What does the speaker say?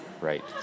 right